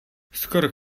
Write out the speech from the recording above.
skoro